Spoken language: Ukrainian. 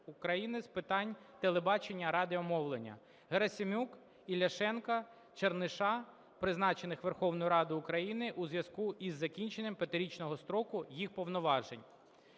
України з питань телебачення і радіомовлення Герасим'юк, Ільяшенка, Черниша, призначених Верховною Радою України, у зв'язку із закінченням п'ятирічного строку їх повноважень.